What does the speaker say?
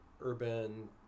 urban